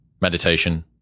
meditation